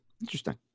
Interesting